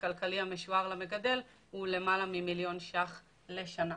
הכלכלי המשוער למגדל הוא למעלה ממיליון ש"ח לשנה,